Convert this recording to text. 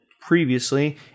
previously